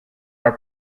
are